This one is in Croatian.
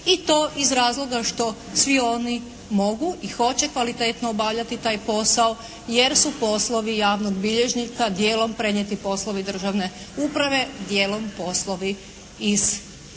I to iz razloga što svi oni mogu i hoće kvalitetno obavljati taj posao jer su poslovi javnog bilježnika dijelom prenijeti poslovi državne uprave, dijelom poslovi iz pravosuđa.